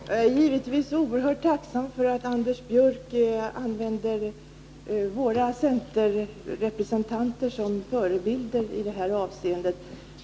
Herr talman! Jag är givetvis oerhört tacksam för att Anders Björck använder centerns representanter som förebilder i detta avseende.